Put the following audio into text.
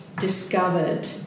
Discovered